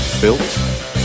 Built